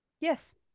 Yes